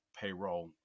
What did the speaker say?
payroll